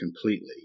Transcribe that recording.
completely